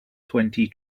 twenty